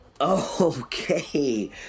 Okay